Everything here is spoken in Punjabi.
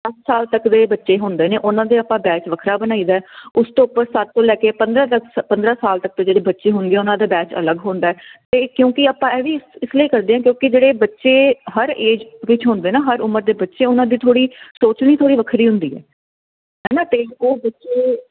ਦਸ ਸਾਲ ਤੱਕ ਦੇ ਬੱਚੇ ਹੁੰਦੇ ਨੇ ਉਹਨਾਂ ਦੇ ਆਪਾਂ ਬੈਚ ਵੱਖਰਾ ਬਣਾਈਦਾ ਉਸ ਤੋਂ ਉਪਰ ਸੱਤ ਤੋਂ ਲੈ ਕੇ ਪੰਦਰਾਂ ਤੱਕ ਪੰਦਰਾਂ ਸਾਲ ਤੱਕ ਤੋਂ ਜਿਹੜੇ ਬੱਚੇ ਹੋਣਗੇ ਉਹਨਾਂ ਦੇ ਬੈਚ ਅਲਗ ਹੁੰਦਾ ਤੇ ਕਿਉਂਕਿ ਆਪਾਂ ਇਹ ਵੀ ਇਸ ਲਈ ਕਰਦੇ ਆ ਕਿਉਂਕਿ ਜਿਹੜੇ ਬੱਚੇ ਹਰ ਏਜ ਵਿੱਚ ਹੁੰਦੇ ਨਾ ਹਰ ਉਮਰ ਦੇ ਬੱਚੇ ਉਹਨਾਂ ਦੇ ਥੋੜੀ ਸੋਚਣੀ ਥੋੜੀ ਵੱਖਰੀ ਹੁੰਦੀ ਆ ਹਨਾ ਤੇ ਉਹ ਬੱਚੇ